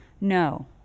No